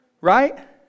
right